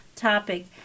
topic